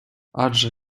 адже